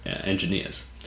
engineers